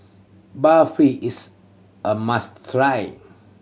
barfi is a must try